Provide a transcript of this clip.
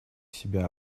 себя